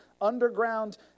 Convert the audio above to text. underground